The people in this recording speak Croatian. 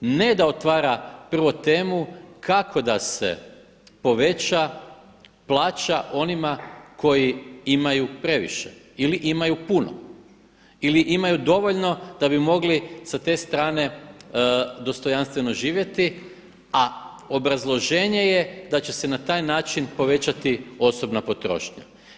Ne da otvara prvo temu kako da se poveća plaća onima koji imaju previše ili imaju puno ili imaju dovoljno da bi mogli sa te strane dostojanstveno živjeti, a obrazloženje je da će se na taj način povećati osobna potrošnja.